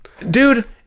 Dude